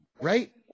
Right